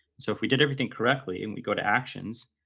so if we did everything correctly and we go to actions,